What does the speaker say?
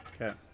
Okay